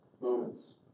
moments